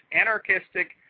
anarchistic